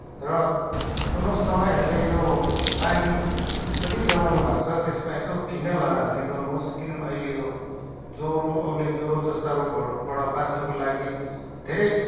र सुन्नुहोस् तपाईँहरूले यो पानी जति जमाउनु भएको छ यसमा यसो फिनाइलहरू हल्ने गर्नुहोस् किनभने अहिले यो जरो औलेजरो जस्ता रोगहरूबाट बाच्नको लागि धेरै